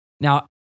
Now